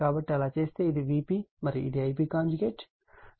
కాబట్టి అలా చేస్తే ఇది Vp మరియు ఇది Ip